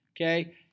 okay